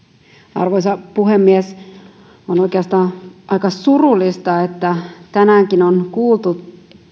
arvoisa puhemies on oikeastaan aika surullista että tänäänkin on kuultu